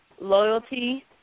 loyalty